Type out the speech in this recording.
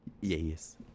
Yes